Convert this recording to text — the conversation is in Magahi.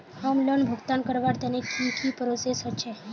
होम लोन भुगतान करवार तने की की प्रोसेस होचे?